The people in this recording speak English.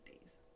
days